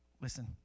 listen